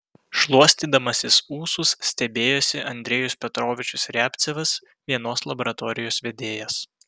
šluostydamasis ūsus stebėjosi andrejus petrovičius riabcevas vienos laboratorijos vedėjas